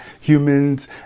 humans